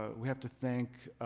ah we have to thank